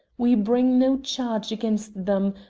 we bring no charge against them,